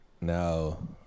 No